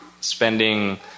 spending